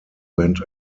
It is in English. went